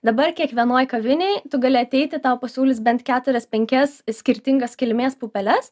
dabar kiekvienoj kavinėj tu gali ateiti tau pasiūlys bent keturias penkias skirtingas kilmės pupeles